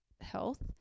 health